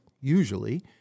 usually